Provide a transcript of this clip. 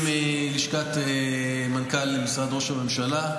עם לשכת מנכ"ל משרד ראש הממשלה,